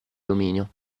dominio